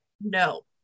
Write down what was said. no